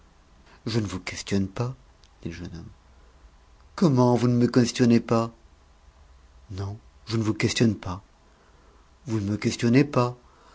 je ne vous questionne pas dit le jeune homme comment vous ne me questionnez pas non je ne vous questionne pas vous ne me questionnez pas